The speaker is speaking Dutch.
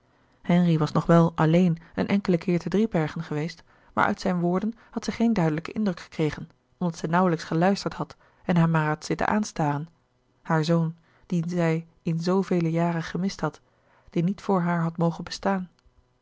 henri was nog wel alleen een enkelen keer te driebergen geweest maar uit zijne woorden had zij geen duidelijken indruk gekregen omdat zij nauwlijks geluisterd had en hem maar had zitten aanstaren haar zoon dien zij in zoovele jaren gemist had die niet voor haar had mogen bestaan